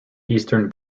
eastern